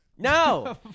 No